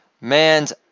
man's